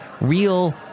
Real